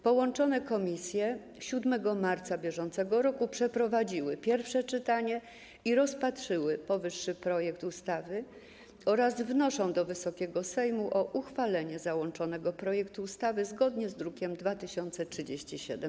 Połączone komisje 7 marca br. przeprowadziły pierwsze czytanie i rozpatrzyły powyższy projekt ustawy oraz wnoszą do Wysokiego Sejmu o uchwalenie załączonego projektu ustawy zgodnie z drukiem nr 2037.